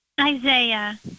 Isaiah